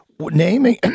naming